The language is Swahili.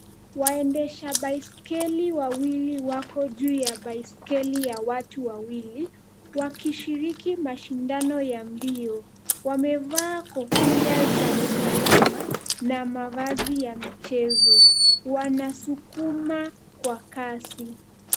Waendesha baiskeli wawili wako juu ya baiskeli ya watu wawili, wakishiriki mashindano ya mbio. Wamevaa kofia za usalama na mavazi ya michezo. Wanasukuma kwa kasi.